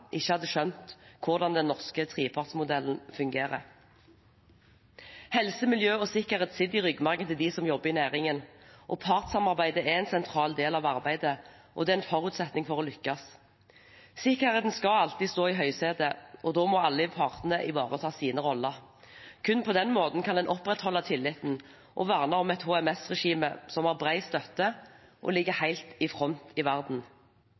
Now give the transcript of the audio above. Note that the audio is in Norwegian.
ikke hadde skjønt hvordan den norske trepartsmodellen fungerer.» Helse, miljø og sikkerhet sitter i ryggmargen til dem som jobber i næringen, og partssamarbeidet er en sentral del av arbeidet og en forutsetning for å lykkes. Sikkerheten skal alltid stå i høysetet, og da må alle partene ivareta sine roller. Kun på den måten kan en opprettholde tilliten og verne om et HMS-regime som har bred støtte og ligger helt i front i verden.